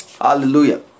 Hallelujah